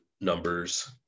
numbers